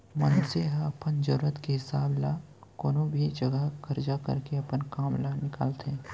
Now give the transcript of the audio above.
मनसे ह अपन जरूरत के हिसाब ल कोनो भी जघा करजा करके अपन काम ल निकालथे